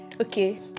okay